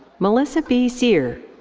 melissa b. cyr.